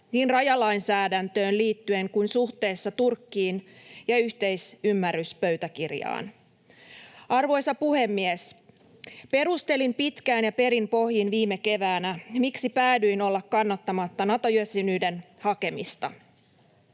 niin rajalainsäädäntöön liittyen kuin suhteessa Turkkiin ja yhteisymmärryspöytäkirjaan. Arvoisa puhemies! Perustelin pitkään ja perin pohjin viime keväänä, miksi päädyin olla kannattamatta Nato-jäsenyyden hakemista.